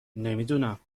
نمیدونم